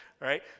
right